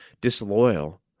disloyal